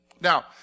Now